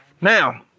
now